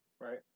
right